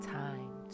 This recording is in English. time